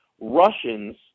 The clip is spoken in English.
Russians